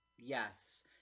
Yes